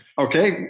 okay